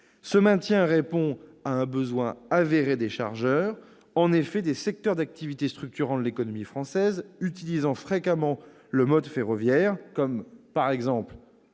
Ce maintien répond à un besoin avéré des chargeurs. En effet, des secteurs d'activité structurants de l'économie française, utilisant fréquemment le mode ferroviaire, comme la